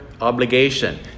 obligation